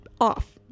off